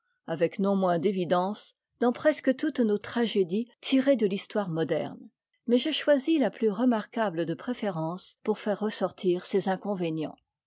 avec non moins d'évidence dans presque toutes nos tragédies tirées de l'histoire moderne mais j'ai choisi la plus remarquable de préférence pour faire ressortir ces inconvénients